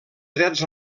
drets